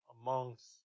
amongst